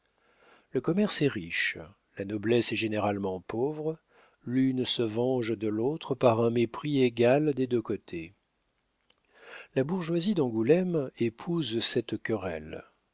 le commerce est riche la noblesse est généralement pauvre l'une se venge de l'autre par un mépris égal des deux côtés la bourgeoisie d'angoulême épouse cette querelle